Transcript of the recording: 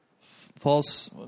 false